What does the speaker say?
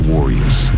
Warriors